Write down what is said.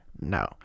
no